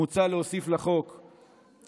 מוצע להוסיף לסעיף לחוק-היסוד,